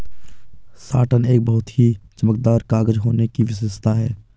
satin एक बहुत ही चमकदार कागज होने की विशेषता है